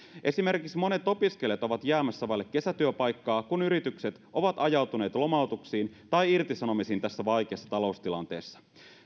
esimerkiksi monet opiskelijat ovat jäämässä vaille kesätyöpaikkaa kun yritykset ovat ajautuneet lomautuksiin tai irtisanomisiin tässä vaikeassa taloustilanteessa